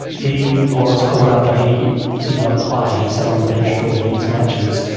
he was called up but he did not play, he sat on the bench for these matches.